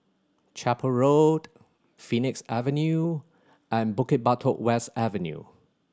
Chapel Road Phoenix Avenue and Bukit Batok West Avenue